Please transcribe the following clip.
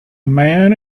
man